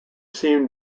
seem